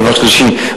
דבר שלישי,